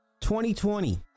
2020